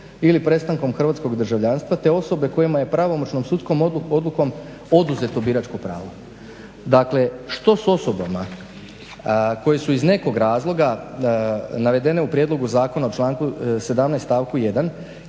ili prestankom hrvatskog državljanstva, te osobe kojima je pravomoćnom sudskom odlukom oduzeto biračko pravo." Dakle, što s osobama koje su iz nekog razloga navedene u prijedlogu zakona u članku 17.